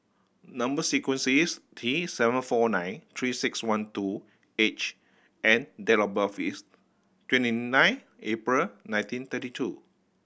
number sequence is T seven four nine Three Six One two H and date of birth is twenty nine April nineteen thirty two